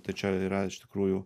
tai čia yra iš tikrųjų